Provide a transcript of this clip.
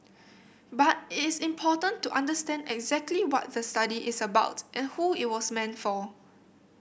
but it is important to understand exactly what the study is about and who it was meant for